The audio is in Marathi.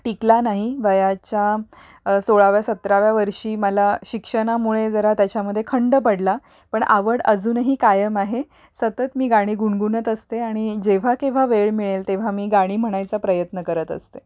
टिकला नाही वयाच्या सोळाव्या सतराव्या वर्षी मला शिक्षणामुळे जरा त्याच्यामध्ये खंड पडला पण आवड अजूनही कायम आहे सतत मी गाणी गुणगुणत असते आणि जेव्हा केव्हा वेळ मिळेल तेव्हा मी गाणी म्हणायचा प्रयत्न करत असते